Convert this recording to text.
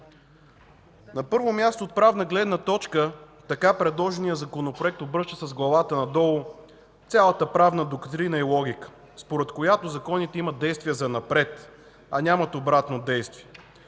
На първо място, от правна гледна точка така предложеният Законопроект обръща с главата надолу цялата правна доктрина и логика, според която законите имат действие занапред, а нямат обратно действие.